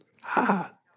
Ha